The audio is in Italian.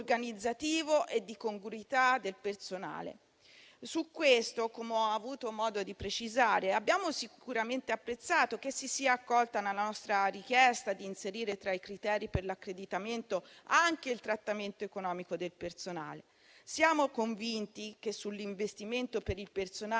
e di congruità del personale, come ho avuto modo di precisare, abbiamo sicuramente apprezzato che si sia accolta la nostra richiesta di inserire, tra i criteri per l'accreditamento, anche il trattamento economico del personale. Siamo convinti che sull'investimento per il personale